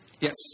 Yes